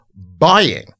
buying